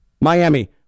Miami